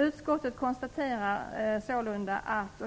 Utskottet konstaterar sålunda att: